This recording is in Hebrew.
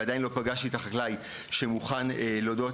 אבל עדיין לא פגשתי את החקלאי שמוכן להודות